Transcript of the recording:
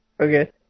okay